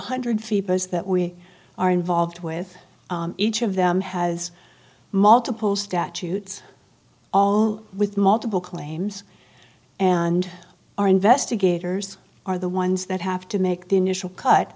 hundred theaters that we are involved with each of them has multiple statutes all with multiple claims and our investigators are the ones that have to make the initial cut